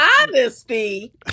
Honesty